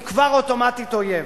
הוא כבר אוטומטית אויב,